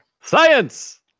Science